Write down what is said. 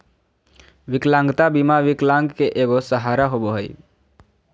विकलांगता बीमा विकलांग के एगो सहारा होबो हइ